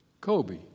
Kobe